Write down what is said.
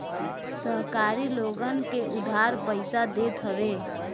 सहकारी लोगन के उधार पईसा देत हवे